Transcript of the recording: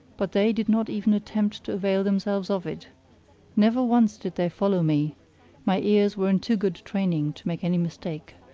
but they did not even attempt to avail themselves of it never once did they follow me my ears were in too good training to make any mistake.